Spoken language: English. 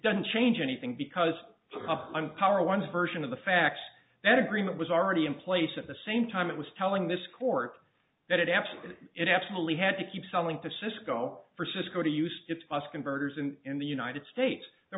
doesn't change anything because i'm cowra one version of the facts that agreement was already in place at the same time it was telling this court that it absolutely it absolutely had to keep selling to cisco for cisco to use its us converters and in the united states there